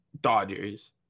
Dodgers